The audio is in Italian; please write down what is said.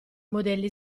modelli